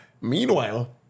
meanwhile